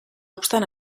obstant